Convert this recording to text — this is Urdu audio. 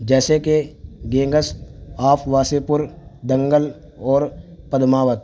جیسے کہ gangs of Wasseypur Dangal اور پدماوت